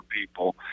people